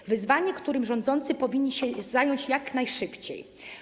To wyzwanie, którym rządzący powinni się zająć jak najszybciej.